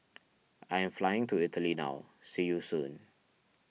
I am flying to Italy now see you soon